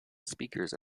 speakers